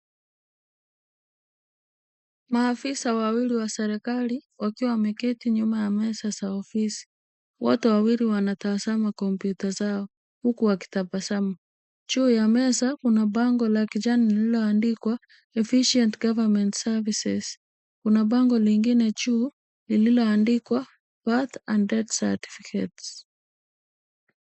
Maafisa wawili wa serikali wakiwa wameketi nyuma ya meza za ofisi. Wote wawili wanatazama kompyuta zao huku wakitabasamu, juu ya meza kuna bango la kijani lililoandikwa efficient government services . Kuna bango lingine juu lililoandikwa birth and dead certificates .